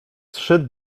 trzy